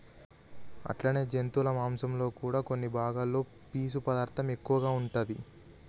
అట్లనే జంతువుల మాంసంలో కూడా కొన్ని భాగాలలో పీసు పదార్థం ఎక్కువగా ఉంటాది